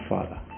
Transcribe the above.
Father